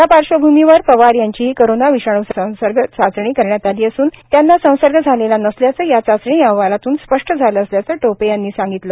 या पार्श्वभूमीवर पवार यांचीही कोरोना विषाणू संसर्ग चाचणी करण्यात आली असून त्यांना संसर्ग झालेला नसल्याचं या चाचणी अहवालातून स्पष्ट झालं असल्याचं टोपे यांनी सांगितलं